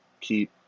keep